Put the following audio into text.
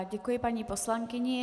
Děkuji paní poslankyni.